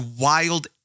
wild